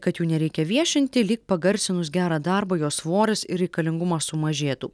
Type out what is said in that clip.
kad jų nereikia viešinti lyg pagarsinus gerą darbą jo svoris ir reikalingumas sumažėtų